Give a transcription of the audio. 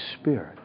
Spirit